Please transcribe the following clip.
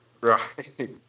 Right